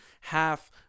half